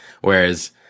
Whereas